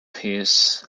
his